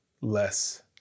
less